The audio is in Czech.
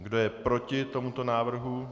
Kdo je proti tomuto návrhu?